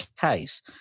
case